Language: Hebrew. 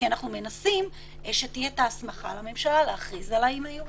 כי אנחנו מנסים שתהיה הסמכה לממשלה להכריז על האיים הירוקים,